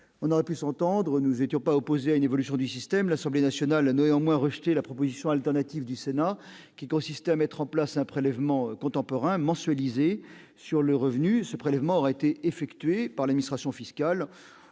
On aurait pu s'entendre, car nous n'étions pas opposés à une évolution du système ; mais l'Assemblée nationale a rejeté la proposition alternative du Sénat, consistant à mettre en place un prélèvement contemporain et mensualisé sur le revenu, opéré par l'administration fiscale.